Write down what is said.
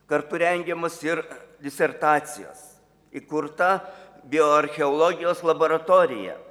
kartu rengiamas ir disertacijos įkurta bioarcheologijos laboratorija